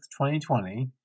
2020